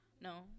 No